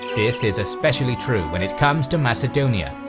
this is especially true when it comes to macedonia,